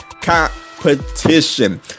competition